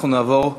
אנחנו נעבור